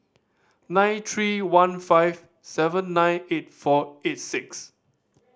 nine three one five seven nine eight four eight six